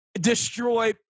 destroy